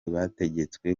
bategetswe